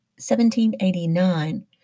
1789